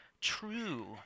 true